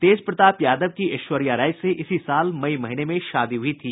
तेज प्रताप यादव की ऐश्वर्या राय से इसी साल मई महीने में शादी हुई थी